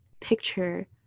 picture